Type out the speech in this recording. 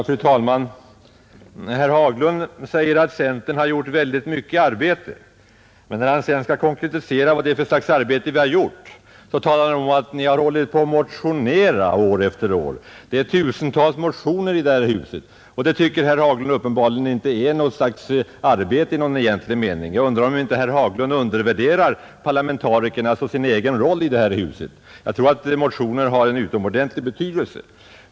Fru talman! Herr Haglund säger att vi inom centerpartiet har uträttat mycket arbete, men när han skall konkretisera vad vi har gjort säger han: ”Ni har hållit på och motionerat år efter år.” Det väcks tusentals motioner här i huset varje år, och herr Haglund tycker tydligen inte att det är något arbete. Jag undrar om han inte undervärderar parlamentarikernas och sin egen roll — jag tror att motionerna har stor betydelse.